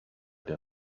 der